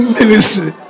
ministry